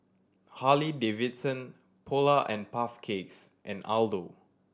Harley Davidson Polar and Puff Cakes and Aldo